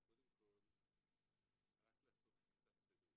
אנחנו מברכים גם